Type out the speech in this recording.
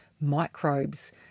microbes